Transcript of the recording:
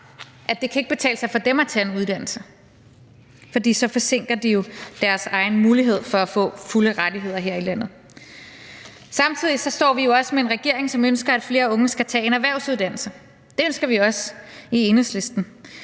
at det ikke kan betale sig for dem at tage en uddannelse, for så forsinker det jo deres egen mulighed for at få fulde rettigheder her i landet. Samtidig står vi også med en regering, som ønsker, at flere unge skal tage en erhvervsuddannelse. Det ønsker vi også i Enhedslisten.